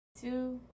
two